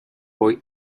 boy